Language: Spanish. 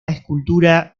escultura